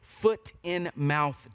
foot-in-mouth